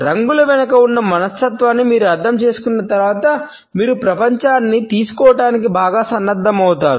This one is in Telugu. రంగుల వెనుక ఉన్న మనస్తత్వాన్ని మీరు అర్థం చేసుకున్న తర్వాత మీరు ప్రపంచాన్ని తీసుకోవటానికి బాగా సన్నద్ధమవుతారు